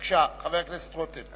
בבקשה, חבר הכנסת רותם.